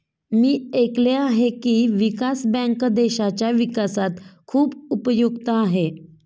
मी ऐकले आहे की, विकास बँक देशाच्या विकासात खूप उपयुक्त आहे